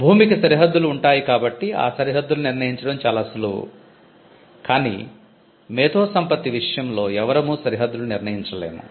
భూమికి సరిహద్దులు ఉంటాయి కాబట్టి ఆ సరిహద్దుల్ని నిర్ణయించడం చాలా సులువు కాని మేధోసంపత్తి విషయంలో ఎవరమూ సరిహద్దులు నిర్ణయించలేము